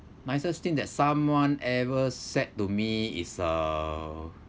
nicest thing that someone ever said to me is uh